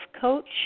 coach